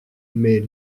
mais